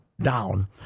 down